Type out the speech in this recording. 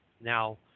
Now